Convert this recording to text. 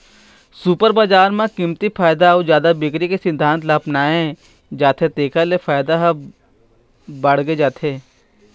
super बजार म कमती फायदा अउ जादा बिक्री के सिद्धांत ल अपनाए जाथे तेखर ले फायदा ह बाड़गे जाथे